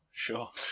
Sure